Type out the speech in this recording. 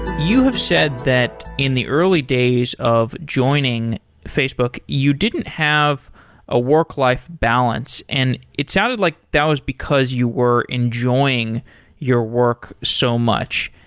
you have said that in the early days of joining facebook, you didn't have a work-life balance. and it sounded like that was because you were enjoying your work so much.